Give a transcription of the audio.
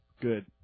good